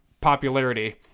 popularity